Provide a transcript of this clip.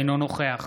אינו נוכח